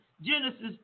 Genesis